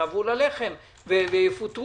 שירעבו ללחם ויפוטרו.